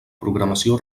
programació